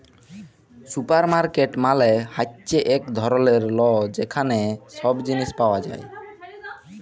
supermarket মালে হ্যচ্যে এক ধরলের ল যেখালে সব জিলিস পাওয়া যায়